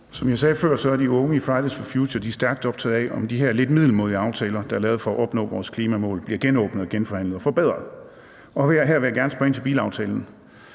Som jeg sagde før, er de unge i Fridays for Future stærkt optaget af, om de her lidt middelmådige aftaler, der er lavet for at opnå vores klimamål, bliver genåbnet, genforhandlet og forbedret, og her vil jeg gerne springe til bilaftalen.